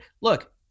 Look